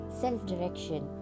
self-direction